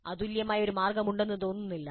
അതുല്യമായ ഒരു മാർഗമുണ്ടെന്ന് തോന്നുന്നില്ല